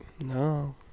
no